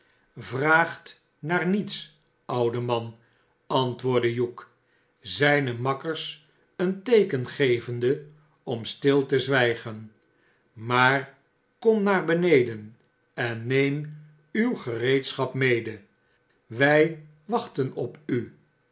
naar niets oude man antwoordde hugh zijne makkers een teeken gevende om stil te zwijgen maar kom naar beneden en neem uw gereedschap mede wij wachten op u